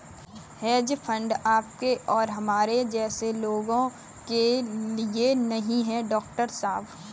hedge fund आपके और हमारे जैसे लोगों के लिए नहीं है, डॉक्टर साहब